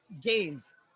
games